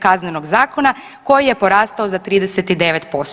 Kaznenog zakona koji je porastao za 39%